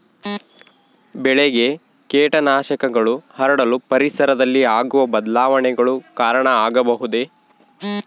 ಬೆಳೆಗೆ ಕೇಟನಾಶಕಗಳು ಹರಡಲು ಪರಿಸರದಲ್ಲಿ ಆಗುವ ಬದಲಾವಣೆಗಳು ಕಾರಣ ಆಗಬಹುದೇ?